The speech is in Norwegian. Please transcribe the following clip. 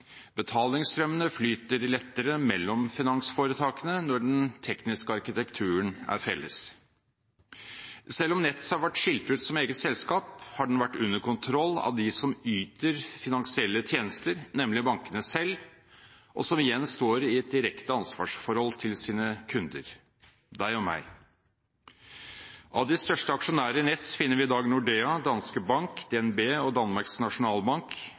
betalingsstrømmene flyter lettere mellom finansforetakene når den tekniske arkitekturen er felles. Selv om Nets har vært skilt ut som eget selskap, har den vært under kontroll av de som yter finansielle tjenester, nemlig bankene selv, og som igjen står i et direkte ansvarsforhold til sine kunder – deg og meg. Av de største aksjonærer i Nets finner vi i dag Nordea, Danske Bank, DNB og Danmarks